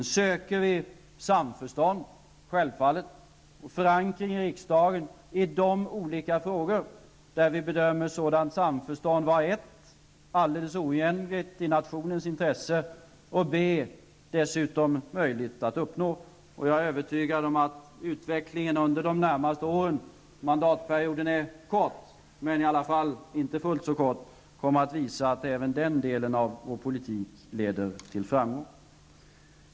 Nu söker vi samförstånd, självklart, och förankring i riksdagen i de olika frågor där vi bedömer sådant samförstånd vara a) alldeles oundgängligt i nationens intresse och b) dessutom möjligt att uppnå. Jag är övertygad om att utvecklingen under de närmaste åren -- mandatperioden är kort men i alla fall inte fullt så kort -- kommer att visa att även den delen av vår politik leder till framgång.